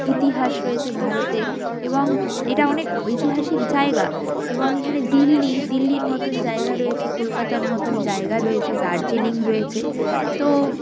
ইতিহাস রয়েছে ভারতে এবং এটা অনেক ঐতিহাসিক জায়গা এবং এখানে দিল্লি দিল্লির মতন জায়গা রয়েছে কলকাতার মতন জায়গা রয়েছে দার্জিলিং রয়েছে তো